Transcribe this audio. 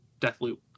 Deathloop